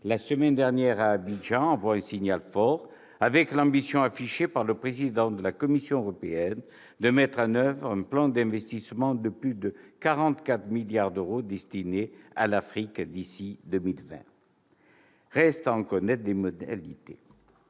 la semaine dernière à Abidjan envoie un signal fort, avec l'ambition affichée par le président de la Commission européenne de mettre en oeuvre un plan d'investissement de plus de 44 milliards d'euros destiné à l'Afrique d'ici à 2020. Reste à en connaître les modalités.